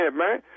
man